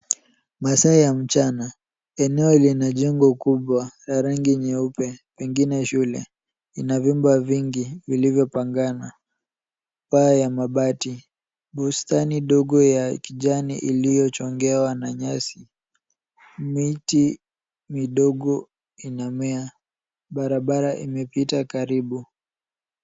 Masaa ya mchana. Eneo lina jengo kubwa la rangi nyeupe, pengine shule. Ina vyumba vingi vilivyopangana. Paa ya mabati. Bustani dogo ya kijani iliyochongewa na nyasi. Miti midogo inamea. Barabara imepita karibu.